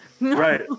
Right